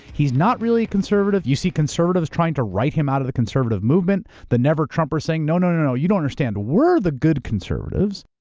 he's not really conservative. you see conservatives trying to write him out of the conservative movement, the never trumpers saying, no, no, no, no, you don't understand. we're the good conservatives.